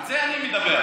על זה אני מדבר.